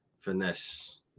finesse